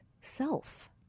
self